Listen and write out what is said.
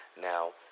Now